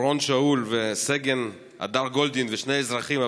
אורון שאול וסגן הדר גולדין ושני אזרחים,